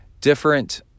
different